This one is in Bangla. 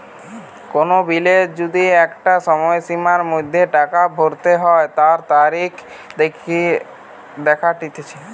কোন বিলের যদি একটা সময়সীমার মধ্যে টাকা ভরতে হই তার তারিখ দেখাটিচ্ছে